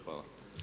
Hvala.